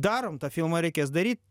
darom tą filmą reikės daryt